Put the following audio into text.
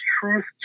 truth